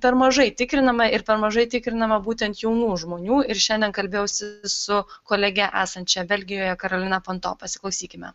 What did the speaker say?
per mažai tikrinama ir per mažai tikrinama būtent jaunų žmonių ir šiandien kalbėjausi su kolege esančia belgijoje karolina panto pasiklausykime